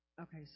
okay